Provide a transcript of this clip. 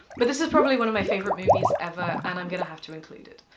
but this is probably one of my favorite movies, ever, and i'm gonna have to include it.